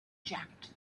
jacket